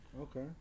Okay